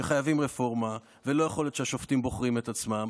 חייבים רפורמה ולא יכול להיות שהשופטים בוחרים את עצמם,